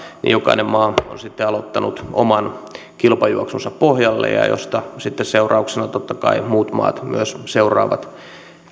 niin jokainen maa on sitten aloittanut oman kilpajuoksunsa pohjalle mistä sitten seurauksena totta kai muut maat myös seuraavat